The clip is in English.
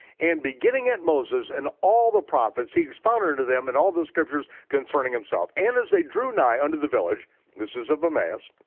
and beginning at moses, and all the prophets, he expounded unto them in all the scriptures concerning himself, and as they drew nigh unto the village, and this is of amaus,